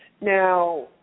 Now